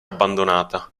abbandonata